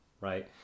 right